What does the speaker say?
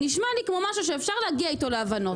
נשמע לי כמו משהו שאפשר להגיע איתו להבנות.